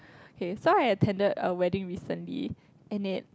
okay so I attended a wedding recently in it